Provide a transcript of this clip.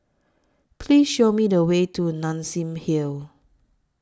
Please Show Me The Way to Nassim Hill